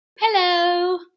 Hello